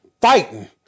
fighting